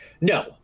No